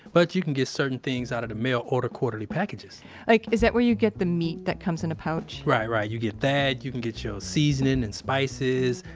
but you can get certain things out of the mail-order quarterly packages like, is that where you get the meat that comes in a pouch? right, right. you get that. you can get your seasonings and spices,